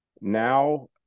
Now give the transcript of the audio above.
now